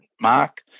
mark